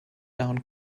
down